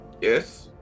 Yes